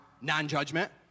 non-judgment